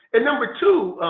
and number two,